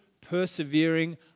persevering